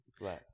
Right